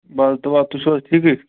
بَس دُعا تُہۍ چھُو حظ ٹھیٖکٕے